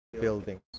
Buildings